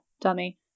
dummy